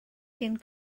cyn